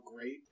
great